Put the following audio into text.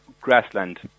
grassland